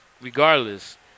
regardless